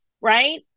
right